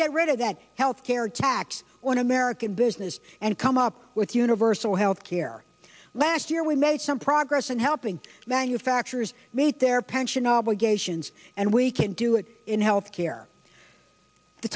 get rid of that health care tax on american business and come up with universal health care last year we made some progress on helping manufacturers meet their pension obligations and we can do it in health care the